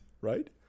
right